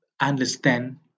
understand